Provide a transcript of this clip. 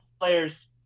players